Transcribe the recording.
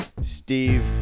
Steve